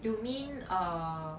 you mean uh